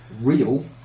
real